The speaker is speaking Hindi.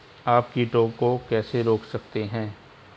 आप कीटों को कैसे रोक सकते हैं?